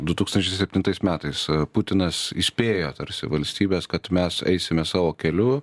du tūkstančiai septintais metais putinas įspėjo tarsi valstybes kad mes eisime savo keliu